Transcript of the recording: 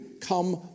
Come